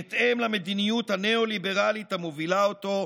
בהתאם למדיניות הנאו-ליברלית המובילה אותו,